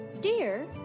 dear